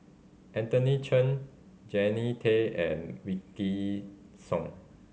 Anthony Chen Jannie Tay and Wykidd Song